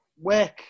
work